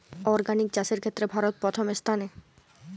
organic চাষের ক্ষেত্রে ভারত প্রথম স্থানে